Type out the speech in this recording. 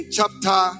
Chapter